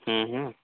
ହୁଁ ହୁଁ